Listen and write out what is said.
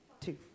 two